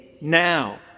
now